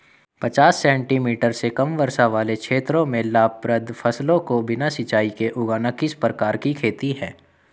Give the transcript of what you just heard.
पचास सेंटीमीटर से कम वर्षा वाले क्षेत्रों में लाभप्रद फसलों को बिना सिंचाई के उगाना किस प्रकार की खेती है?